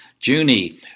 Junie